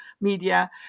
media